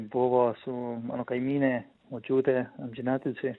buvo su mano kaimynė močiutė amžinatilsį